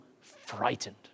frightened